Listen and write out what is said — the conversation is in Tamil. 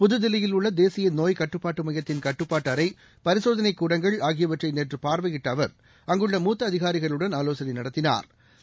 புதுதில்லியில் உள்ள தேசிய நோய் கட்டுப்பாட்டு மையத்தின் கட்டுப்பாட்டு அறை பரிசோதனை கூடங்கள் ஆகியவற்றை நேற்று பார்வையிட்ட அவர் அஙகுள்ள மூத்த அதிகாரிகளுடன் ஆலோசனை நடத்தினா்